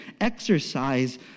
Exercise